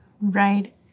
right